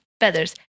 feathers